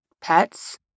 pets